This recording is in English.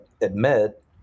admit